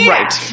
Right